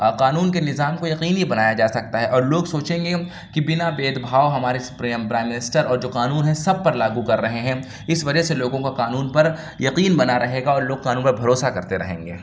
قانون کے نظام کو یقینی بنایا جا سکتا ہے اور لوگ سوچیں گے کہ بنا بید بھاؤ ہمارے پرائم منسٹر کا جو قانون ہے سب پر لاگو کر رہے ہیں اِس وجہ سے لوگوں کا قانون پر یقین بنا رہے گا اور لوگ قانون پر بھروسہ کرتے رہیں گے